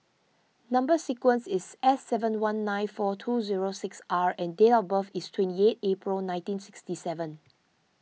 Number Sequence is S seven one nine two two zero six R and date of birth is twenty eight April nineteen sixty seven